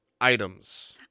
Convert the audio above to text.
Items